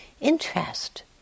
Interest